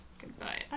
Goodbye